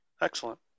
Excellent